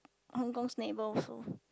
Hong-Kong's neighbour also